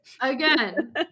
Again